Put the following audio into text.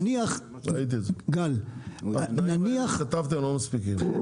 נניח -- הדברים שכתבתם לא מספיקים.